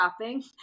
shopping